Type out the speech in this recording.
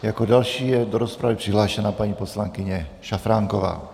Jako další je do rozpravy přihlášena paní poslankyně Šafránková.